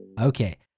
Okay